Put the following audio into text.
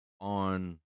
on